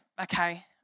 okay